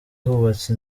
hubatse